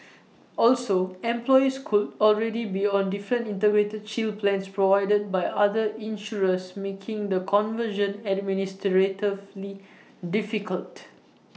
also employees could already be on different integrated shield plans provided by other insurers making the conversion administratively difficult